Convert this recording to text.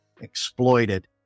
exploited